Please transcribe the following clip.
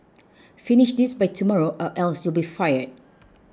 finish this by tomorrow or else you'll be fired